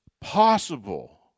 possible